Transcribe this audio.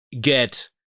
get